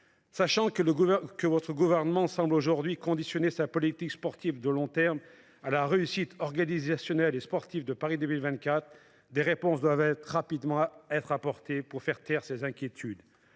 Sachant que votre gouvernement semble, aujourd’hui, subordonner sa politique sportive de long terme à la réussite organisationnelle et sportive de Paris 2024, des réponses doivent rapidement être apportées pour faire taire ces inquiétudes.